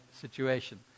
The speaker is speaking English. situation